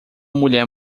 mulher